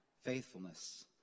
faithfulness